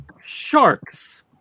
Sharks